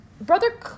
Brother